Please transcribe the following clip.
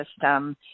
system